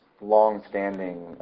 long-standing